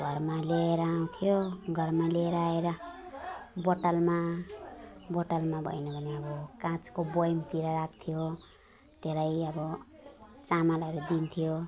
त घरमा लिएर आउँथ्यो घरमा लिएर आएर बोतलमा बोतलमा भएन भने अब काँचको बयमतिर राख्थ्यो त्यलाई अब चामालहरू दिन्थ्यो